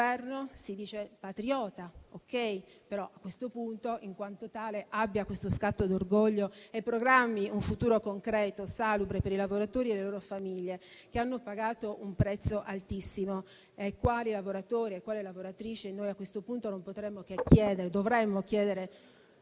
si dice patriota; però, a questo punto, in quanto tale abbia questo scatto di orgoglio e programmi un futuro concreto e salubre per i lavoratori e le loro famiglie, che hanno pagato un prezzo altissimo, ai quali lavoratori e alle quali lavoratrici noi a questo punto dovremmo chiedere tutti i